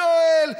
יואל,